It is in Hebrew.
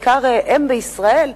בעיקר אם בישראל: